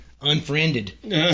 Unfriended